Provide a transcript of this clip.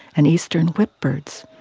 and eastern whipbirds,